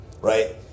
right